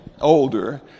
older